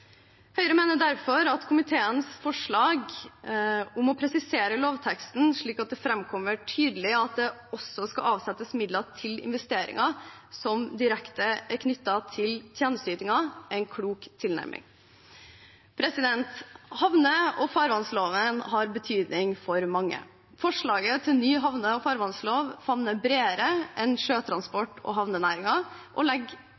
Høyre mener derfor at komiteens forslag om å presisere lovteksten slik at det framkommer tydelig at det også skal avsettes midler til investeringer som direkte er knyttet til tjenesteytingen, er en klok tilnærming. Havne- og farvannsloven har betydning for mange. Forslaget til ny havne- og farvannslov favner bredere enn sjøtransport- og havnenæringen, legger